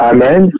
Amen